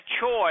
choice